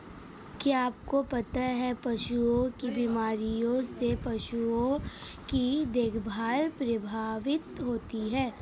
क्या आपको पता है पशुओं की बीमारियों से पशुओं की देखभाल प्रभावित होती है?